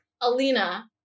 alina